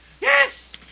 Yes